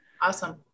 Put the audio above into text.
awesome